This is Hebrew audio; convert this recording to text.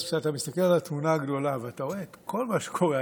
כשאתה מסתכל על התמונה הגדולה ואתה רואה את כל מה שקורה,